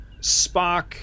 Spock